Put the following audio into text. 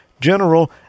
general